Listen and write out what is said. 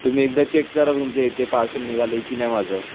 तुम्ही एकदा चेक करा तुमच्या इथे पार्सल निघालं आहे की नाही माझं